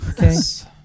Yes